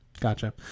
gotcha